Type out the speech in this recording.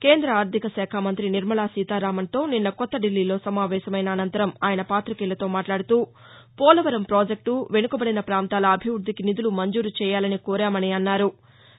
కేంద్ర ఆర్థిక శాఖ మంతి నిర్మలా సీతారామన్తో నిన్న కొత్త దిల్లీలో సమావేశమైన అసంతరం ఆయన పాతికేయులతో మాట్లాడుతూ పోలవరం ప్రాజెక్టు వెసుకబడిన ప్రాంతాల అభివృద్దికి నిధులు మంజూరు చేయాలని కోరామని తెలిపారు